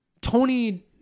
Tony